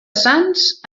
sants